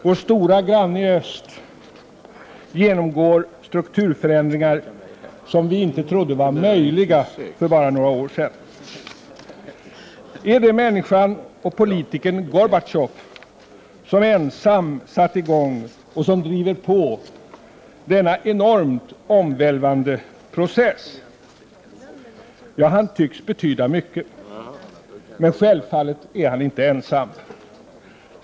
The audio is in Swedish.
Vår stora granne i öst genomgår strukturförändringar, som vi för bara några år sedan inte trodde var möjliga. Är det människan och politikern Gorbatjov som ensam har satt i gång och driver på denna enormt omvälvande process? Ja, han tycks betyda mycket. Men självfallet är han inte ensam.